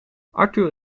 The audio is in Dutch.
arthur